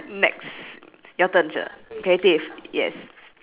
next your turn sher creative yes